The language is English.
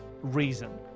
reason